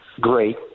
Great